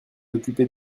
occuper